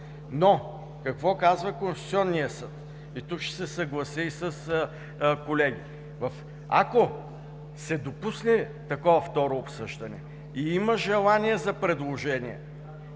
Но какво казва Конституционният съд? И тук ще се съглася и с колегите. Ако се допусне такова второ обсъждане и има желание за предложения,